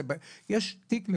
לכל עובד יש תיק,